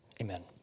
Amen